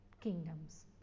kingdoms